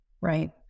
Right